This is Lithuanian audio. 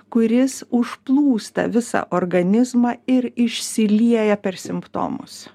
kuris užplūsta visą organizmą ir išsilieja per simptomus